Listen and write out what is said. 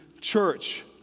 church